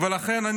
ולכן,